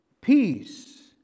Peace